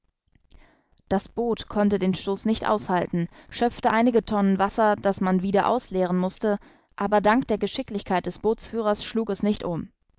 das boot konnte den stoß nicht aushalten schöpfte einige tonnen wasser das man wieder ausleeren mußte aber dank der geschicklichkeit des bootführers schlug es nicht um